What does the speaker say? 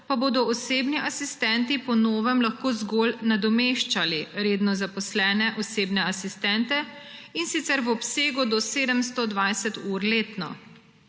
pa bodo osebni asistenti po novem lahko zgolj nadomeščali redno zaposlene osebne asistente, in sicer v obsegu do 720 ur letno.